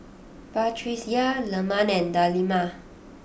Batrisya Leman and Delima